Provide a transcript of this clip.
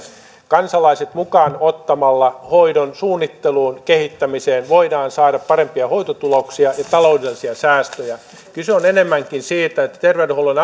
kansalaiset mukaan hoidon suunnitteluun ja kehittämiseen voidaan saada parempia hoitotuloksia ja taloudellisia säästöjä kyse on enemmänkin siitä että terveydenhuollon